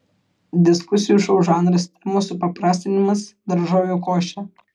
diskusijų šou žanras temos supaprastinimas daržovių košė